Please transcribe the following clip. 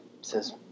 says